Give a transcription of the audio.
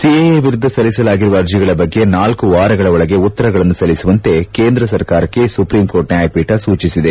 CAA ವಿರುದ್ದ ಸಲ್ಲಿಸಲಾಗಿರುವ ಅರ್ಜಿಗಳ ಬಗ್ಗೆ ನಾಲ್ಕು ವಾರಗಳೊಳಗೆ ಉತ್ತರಗಳನ್ನು ಸಲ್ಲಿಸುವಂತೆ ಕೇಂದ್ರ ಸರ್ಕಾರಕ್ಕೆ ಸುಪ್ರೀಂಕೋರ್ಟ್ ನ್ಯಾಯಪೀಠ ಸೂಚಿಸಿದೆ